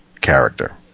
character